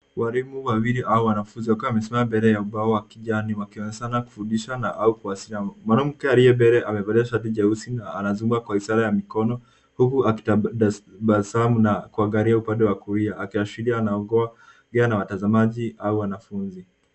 Walimu wawili au wanafunzi wamesimama mbele ya ubao wa kijani wakielezana kufundishama au kuwasiliana. Mwanamke aliye mbele amevalia shati nyeusi na anafunza kwa ishara ya mikono huku akitabasamu na kuangalia upande wa kulia akiashiria anaongea na watazamaji au wanafunzi.